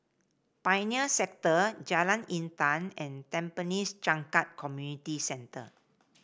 Pioneer Sector Jalan Intan and Tampines Changkat Community Centre